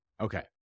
Okay